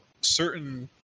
certain